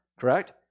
Correct